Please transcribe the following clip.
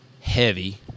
heavy